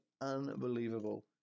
unbelievable